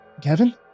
Kevin